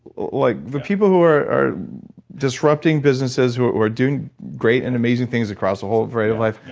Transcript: like the people who are are disrupting businesses who are doing great and amazing things across the whole variety of life,